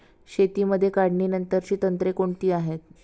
शेतीमध्ये काढणीनंतरची तंत्रे कोणती आहेत?